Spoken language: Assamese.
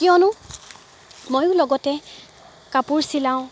কিয়নো ময়ো লগতে কাপোৰ চিলাওঁ